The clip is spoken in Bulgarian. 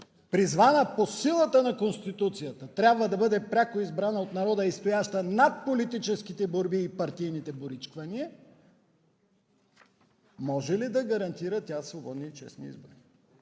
призвана по силата на Конституцията, трябва да бъде пряко избрана от народа и стояща над политическите борби и партийните боричкания, може ли да гарантира тя свободни и честни избори?